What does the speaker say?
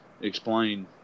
explain